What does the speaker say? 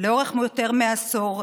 לאורך יותר מעשור.